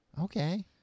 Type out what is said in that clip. Okay